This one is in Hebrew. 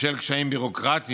בשל קשיים ביורוקרטיים,